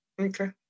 Okay